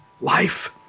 life